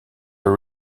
are